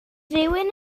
rhywun